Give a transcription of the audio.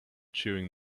cheering